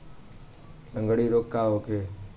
लगंड़ी रोग का होखे?